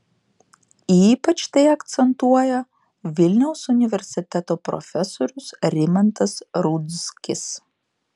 ypač tai akcentuoja vilniaus universiteto profesorius rimantas rudzkis